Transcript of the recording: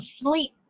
sleep